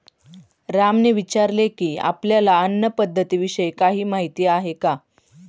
रामने विचारले की, आपल्याला अन्न पद्धतीविषयी काही माहित आहे का?